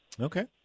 Okay